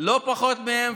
לא פחות מהם,